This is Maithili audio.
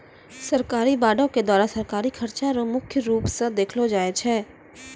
सरकारी बॉंडों के द्वारा सरकारी खर्चा रो मुख्य रूप स देखलो जाय छै